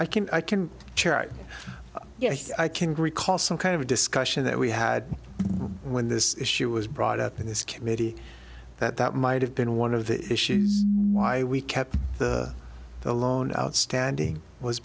i can i can chart yes i can recall some kind of a discussion that we had when this issue was brought up in this committee that that might have been one of the issues why we kept the loan outstanding was